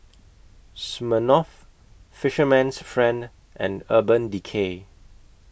Smirnoff Fisherman's Friend and Urban Decay